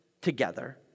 together